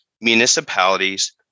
municipalities